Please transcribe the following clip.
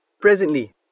Presently